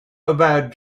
about